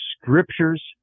scriptures